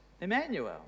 Emmanuel